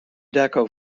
deco